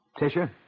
Tisha